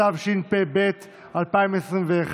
התשפ"ב 2021,